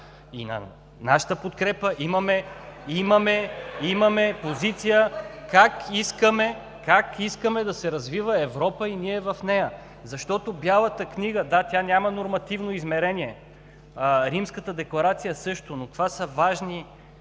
„Ееее!” от ГЕРБ.) имаме позиция как искаме да се развива Европа и ние в нея. Защото Бялата книга – да, тя няма нормативно измерение, Римската декларация също, но това са важни